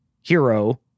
hero